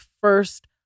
first